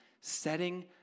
setting